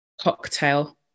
Cocktail